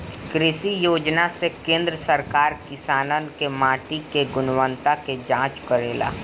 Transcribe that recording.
कृषि योजना से केंद्र सरकार किसानन के माटी के गुणवत्ता के जाँच करेला